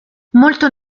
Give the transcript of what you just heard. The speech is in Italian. molto